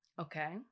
Okay